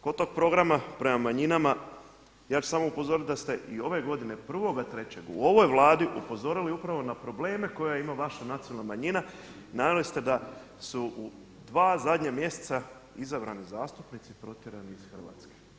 Kod tog programa prema manjinama, ja ću samo upozoriti da ste i ove godine 1.3. u ovoj Vladi upozorili upravo na probleme koje ima vaša nacionalna manjina, naveli ste da su u 2 zadnja mjeseca izabrani zastupnici protjerani iz Hrvatske.